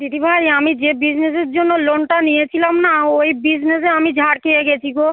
দিদিভাই আমি যে বিজনেসের জন্য লোনটা নিয়েছিলাম না ওই বিজনেসে আমি ঝাড় খেয়ে গেছি গো